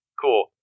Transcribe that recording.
Cool